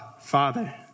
Father